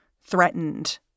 threatened